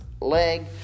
leg